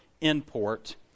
import